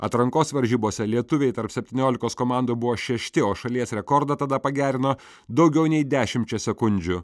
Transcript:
atrankos varžybose lietuviai tarp septyniolikos komandų buvo šešti o šalies rekordą tada pagerino daugiau nei dešimčia sekundžių